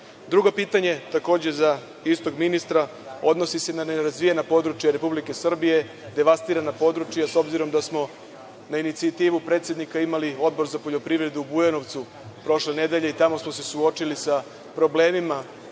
EU? Drugo pitanje, takođe za istog ministra odnosi se na nerazvijena područja Republike Srbije, devastirana područja.S obzirom da smo na inicijativu predsednika imali Odbor za poljoprivredu u Bujanovcu prošle nedelje i tamo smo se suočili sa problemima